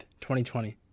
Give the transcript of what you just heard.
2020